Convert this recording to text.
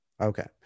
Okay